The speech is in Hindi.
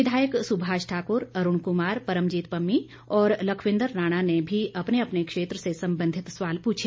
विधायक सुभाष ठाकुर अरूण कुमार परमजीत पम्मी और लखविंद्र राणा ने भी अपने अपने क्षेत्र से संबंधित सवाल पूछे